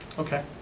okay.